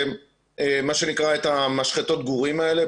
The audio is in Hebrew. יש מה שנקרא את המשחטות גורים האלה,